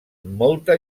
molta